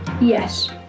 Yes